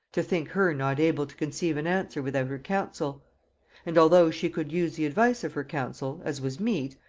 to think her not able to conceive an answer without her council and although she could use the advice of her council, as was meet,